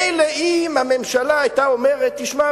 מילא אם הממשלה היתה אומרת: תשמע,